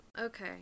Okay